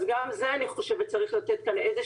אז גם על זה אני חושבת שצריך לתת איזו